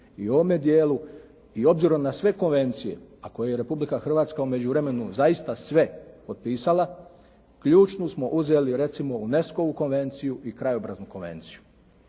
i u ovome dijelu i obzirom na sve konvencije a koje je Republika Hrvatska u međuvremenu zaista sve potpisala ključnu smo uzeli recimo UNESCO-vu konvenciju i Krajobraznu konvenciju.